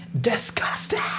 Disgusting